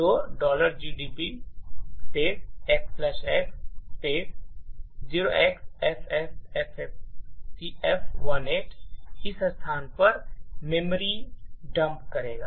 तो gdb xx 0xFFFFCF18 इस स्थान पर मेमोरी डंप करेगा